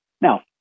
Now